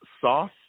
sauce